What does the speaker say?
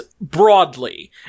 broadly